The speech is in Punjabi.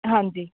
ਹਾਂਜੀ